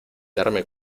darme